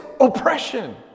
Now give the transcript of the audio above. oppression